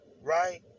right